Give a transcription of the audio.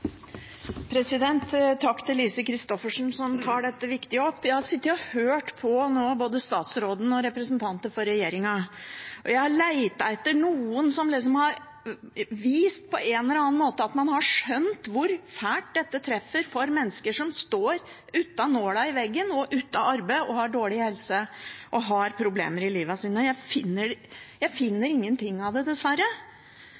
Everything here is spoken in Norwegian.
til representanten Lise Christoffersen, som tar dette viktige opp. Jeg har nå sittet og hørt på både statsråden og representanter for regjeringspartiene og har lett etter noen som på en eller annen måte har vist at man har skjønt hvor fælt dette rammer mennesker som ikke eier nåla i veggen, er uten arbeid, har dårlig helse og har problemer i livet sitt – jeg finner ingenting av det, dessverre. Jeg